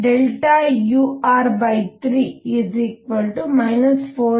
ಅನ್ನು ಪಡೆಯುತ್ತೀರಿ